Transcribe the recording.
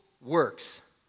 works